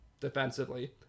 defensively